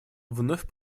вновь